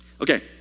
Okay